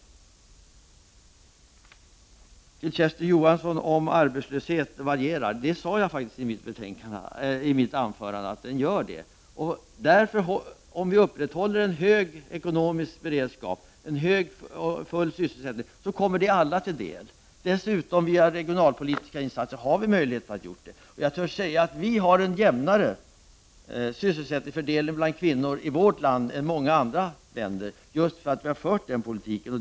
Kersti Johansson berörde frågan om storleken på arbetslösheten som varierar. Det sade jag faktiskt i mitt anförande. Om vi upprätthåller en hög ekonomisk beredskap och får hög sysselsättning, kommer detta alla till del. Dessutom har vi möjlighet att göra detta genom regionalpolitiska insatser. Jag törs säga att vi har en jämnare sysselsättningsfördelning bland kvinnor i vårt land än vad den är i många andra länder just därför att vi har fört denna politik.